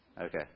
Okay